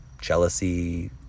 jealousy